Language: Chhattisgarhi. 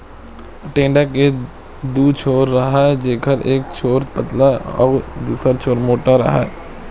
टेंड़ा के दू छोर राहय जेखर एक छोर पातर अउ दूसर छोर मोंठ राहय